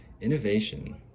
innovation